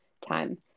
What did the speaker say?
time